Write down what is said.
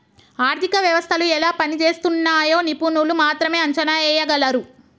ఆర్థిక వ్యవస్థలు ఎలా పనిజేస్తున్నయ్యో నిపుణులు మాత్రమే అంచనా ఎయ్యగలరు